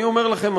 אני אומר לכם,